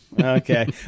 Okay